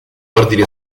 ordini